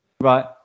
Right